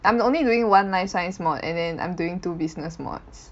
I am only doing one life science mod and then I'm doing two business mods